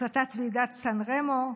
החלטת ועידת סן רמו,